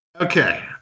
Okay